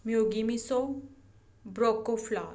Miyagi miso ਬ੍ਰੋਕੋਫਲਾਰ